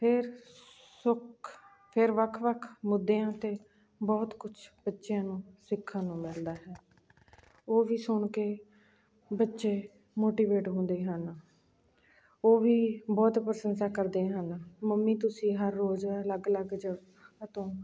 ਫਿਰ ਸੁਖ ਫਿਰ ਵੱਖ ਵੱਖ ਮੁੱਦਿਆਂ 'ਤੇ ਬਹੁਤ ਕੁਛ ਬੱਚਿਆਂ ਨੂੰ ਸਿੱਖਣ ਨੂੰ ਮਿਲਦਾ ਹੈ ਉਹ ਵੀ ਸੁਣ ਕੇ ਬੱਚੇ ਮੋਟੀਵੇਟ ਹੁੰਦੇ ਹਨ ਉਹ ਵੀ ਬਹੁਤ ਪ੍ਰਸ਼ੰਸਾ ਕਰਦੇ ਹਨ ਮੰਮੀ ਤੁਸੀਂ ਹਰ ਰੋਜ਼ ਅਲੱਗ ਅਲੱਗ ਜਗ੍ਹਾ ਤੋਂ